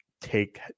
take